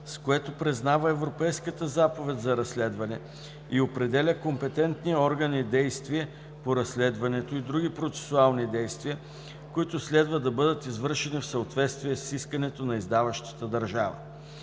с което признава Европейската заповед за разследване и определя компетентния орган и действие по разследването и други процесуални действия, които следва да бъдат извършени в съответствие с искането на издаващата държава.